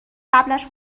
قبلش